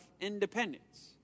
independence